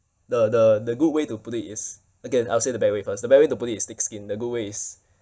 the the the good way to put it is again I'll say the bad way first the bad way to put it is thick skin the good way is